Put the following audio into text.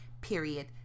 period